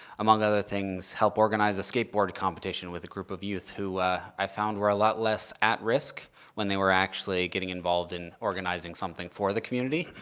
among other things, help organize a skateboard competition with a group of youth who i found were a lot less at risk when they were actually getting involved in organizing something for the community.